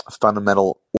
Fundamental